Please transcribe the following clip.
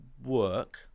Work